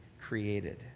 created